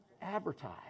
Advertise